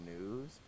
news